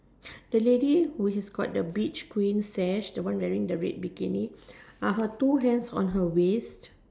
the lady who is got the beach queen sash the one wearing the red bikini are her two hands on her waist